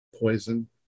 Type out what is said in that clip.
Poison